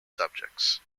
subjects